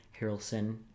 Harrelson